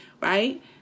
right